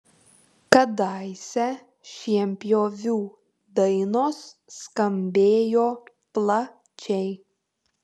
kadaise šienpjovių dainos skambėjo plačiai